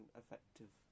effective